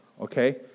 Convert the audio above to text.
okay